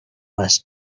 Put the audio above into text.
less